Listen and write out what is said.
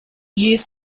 years